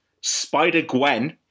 Spider-Gwen